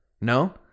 No